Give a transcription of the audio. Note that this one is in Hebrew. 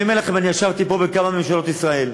אני אומר לכם, אני ישבתי פה בכמה ממשלות ישראל,